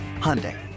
Hyundai